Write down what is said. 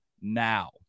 now